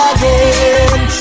Again